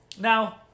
Now